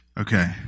Okay